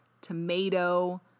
tomato